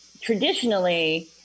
traditionally